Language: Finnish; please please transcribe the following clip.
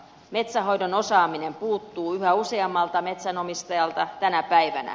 metsänhoidon osaaminen puuttuu yhä useammalta metsänomistajalta tänä päivänä